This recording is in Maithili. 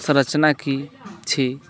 संरचना की छी